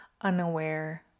unaware